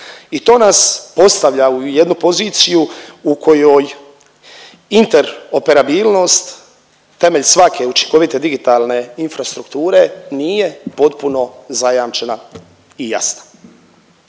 I to nas postavlja u jednu poziciju u kojoj interoperabilnost temelj svake učinkovite, digitalne infrastrukture nije potpuno zajamčena i jasna.